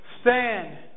Stand